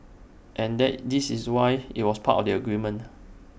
and that this is why IT was part of the agreement